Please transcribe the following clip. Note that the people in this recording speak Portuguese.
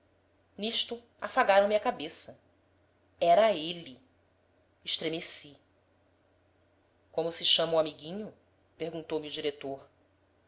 fantasia nisto afagaram me a cabeça era ele estremeci como se chama o amiguinho perguntou-me o diretor